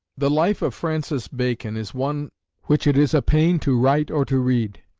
the life of francis bacon is one which it is a pain to write or to read.